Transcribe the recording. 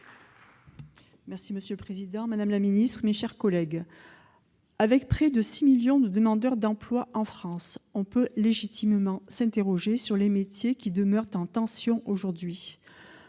Monsieur le président, madame la ministre, mes chers collègues, avec près de 6 millions de demandeurs d'emploi en France, on peut légitimement s'interroger sur les métiers qui demeurent en tension aujourd'hui.